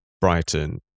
Brighton